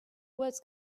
words